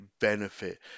benefit